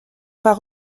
par